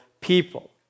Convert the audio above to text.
people